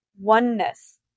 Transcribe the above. oneness